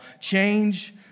Change